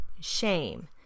shame